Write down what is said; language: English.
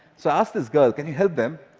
so i asked this girl, can you help them?